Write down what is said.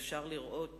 אפשר לראות